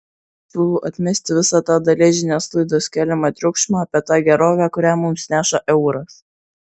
siūlau atmesti visą tą dalies žiniasklaidos keliamą triukšmą apie tą gerovę kurią mums neša euras